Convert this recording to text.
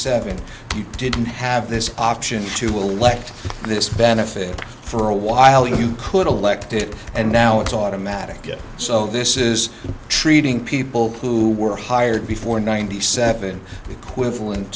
seven you didn't have this option to will let this benefit for a while you could elect it and now it's automatic get so this is treating people who were hired before ninety seven equivalent